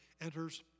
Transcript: enters